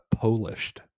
polished